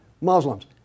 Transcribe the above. Muslims